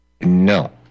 No